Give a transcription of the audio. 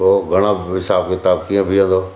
पोइ घणा हिसाबु किताबु कीअं बिहंदो